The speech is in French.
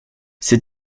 ses